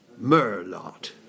Merlot